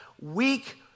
weak